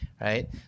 right